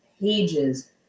pages